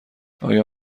آیا